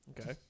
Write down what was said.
Okay